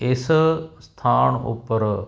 ਇਸ ਸਥਾਨ ਉੱਪਰ